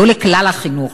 לא לכלל החינוך,